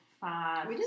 five